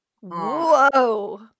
Whoa